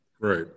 right